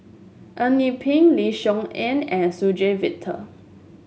Eng Yee Peng Lim Soo Ngee and Suzann Victor